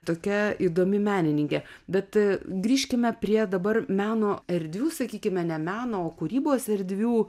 tokia įdomi menininkė bet grįžkime prie dabar meno erdvių sakykime ne meno o kūrybos erdvių